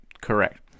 Correct